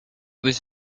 was